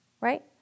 Right